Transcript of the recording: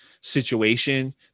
situation